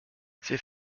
c’est